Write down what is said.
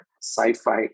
sci-fi